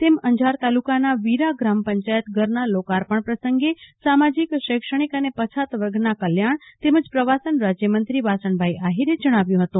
તેમ અંજાર તાલુકાના વીરા ગ્રામ પંચાયત ઘરના લોકાર્પણ પ્રસંગે સામાજિક શૈક્ષણિક અને પછાત વર્ગના કલ્યાણ તેમજ પ્રવાસન રાજ્યમંત્રી વાસણભાઈ આહિરે જણાવ્યું હતું